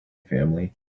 family